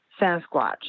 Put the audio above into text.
Sasquatch